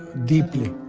deeply.